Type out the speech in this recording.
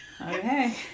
Okay